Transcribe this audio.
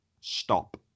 Stop